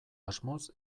asmoz